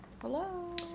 Hello